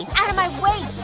outta my way,